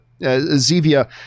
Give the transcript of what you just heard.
Zevia